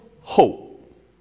hope